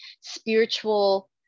spiritual